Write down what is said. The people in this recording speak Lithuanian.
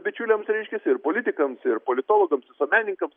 bičiuliams reiškiasi ir politikams ir politologams visuomenininkams